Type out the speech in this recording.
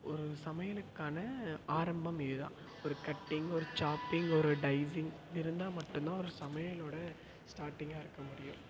ஒரு சமையலுக்கான ஆரம்பம் இதுதான் ஒரு கட்டிங் ஒரு சாப்பிங் ஒரு டைஸிங் இப்படி இருந்தால் மட்டும் தான் ஒரு சமையலோட ஸ்டார்டிங்காக இருக்க முடியும்